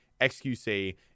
XQC